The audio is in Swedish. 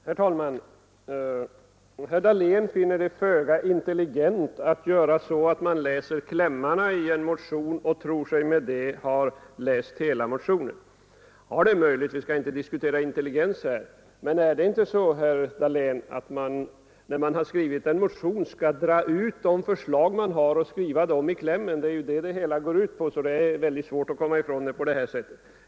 Herr talman! Herr Dahlén finner det föga intelligent att läsa klämmen i en motion och därmed tro sig ha läst hela motionen. Ja, det är möjligt, vi skall inte diskutera intelligens här. Men är det inte så, herr Dahlén, att man, när man har skrivit en motion, skall dra ut sina förslag och ange dem i klämmen? Det är ju detta det hela går ut på, så det är mycket svårt att komma ifrån saken på det här sättet.